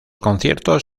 conciertos